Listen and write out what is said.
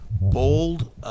bold –